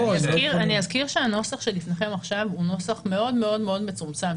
אני אזכיר שהנוסח שלפניכם עכשיו הוא נוסח מאוד מאוד מאוד מצומצם,